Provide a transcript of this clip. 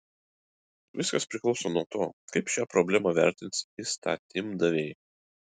viskas priklauso nuo to kaip šią problemą vertins įstatymdaviai